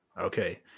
Okay